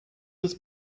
was